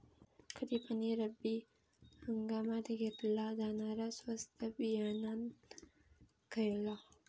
खरीप आणि रब्बी हंगामात घेतला जाणारा स्वस्त बियाणा खयला?